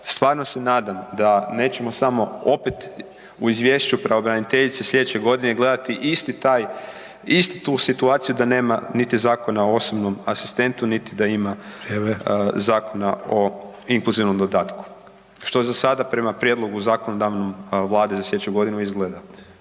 stvarno se nadam da nećemo samo opet u izvješću pravobraniteljice sljedeće godine gledati isti taj, istu tu situaciju da nema niti zakona o osobnom asistentu niti da ima .../Upadica: Vrijeme./... zakona o inkluzivnom dodatku, što za sada prema prijedlogu zakonodavnom Vlade za sljedeću godinu izgleda.